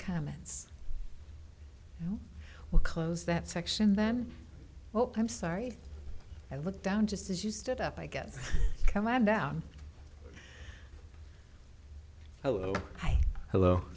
comments will close that section then well i'm sorry i looked down just as you stood up i guess i'm down hello hello